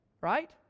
Right